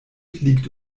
liegt